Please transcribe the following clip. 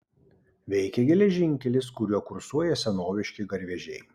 veikia geležinkelis kuriuo kursuoja senoviški garvežiai